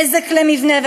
נזק למבנה,